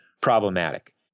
problematic